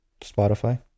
spotify